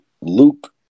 luke